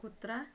कुत्रा